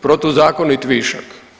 Protuzakonit višak.